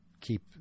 keep